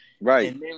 Right